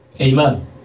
amen